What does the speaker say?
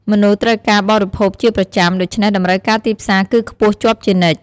មនុស្សត្រូវការបរិភោគជាប្រចាំ ដូច្នេះតម្រូវការទីផ្សារគឺខ្ពស់ជាប់ជានិច្ច។